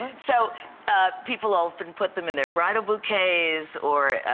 so people often put them in their bridal bouquets, or